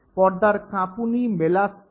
পর্দার কাঁপুনি malleus incus ও স্টেপসকে চলমান করে